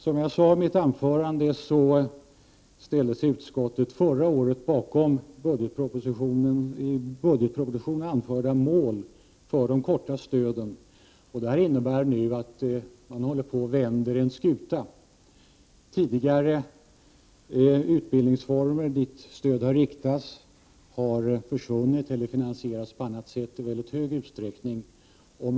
Som jag sade i mitt anförande ställde sig utskottet bakom de i budgetpropositionen anförda målen för de s.k. korta stöden. Detta innebär att man nu vänder en skuta, så att säga. Tidigare utbildningsformer dit stöden har riktats har försvunnit eller finansieras i mycket hög utsträckning på annat sätt.